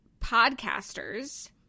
podcasters